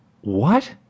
What